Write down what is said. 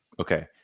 okay